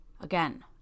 Again